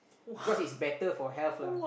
because it's better for health lah